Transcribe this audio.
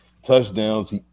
touchdowns